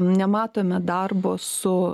nematome darbo su